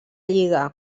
lliga